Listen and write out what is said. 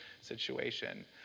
situation